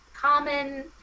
common